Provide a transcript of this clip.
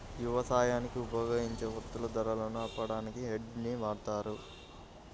యవసాయానికి ఉపయోగించే వత్తువుల ధరలను ఆపడానికి హెడ్జ్ ని వాడతారు